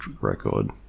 record